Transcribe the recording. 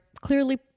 clearly